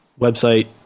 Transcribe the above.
website